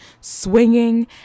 swinging